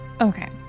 Okay